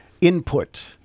input